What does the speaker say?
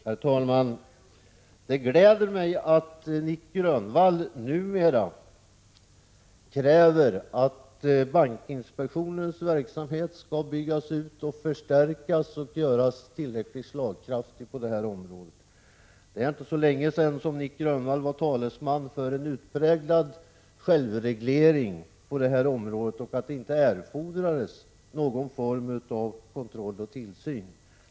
Herr talman! Det gläder mig att Nic Grönvall numera kräver att bankinspektionens verksamhet skall byggas ut, förstärkas och göras tillräck | ligt slagkraftig på detta område. Det är inte så länge sedan som Nic Grönvall var talesman för en utpräglad självreglering på området och att det inte erfordrades någon form av kontroll och tillsyn.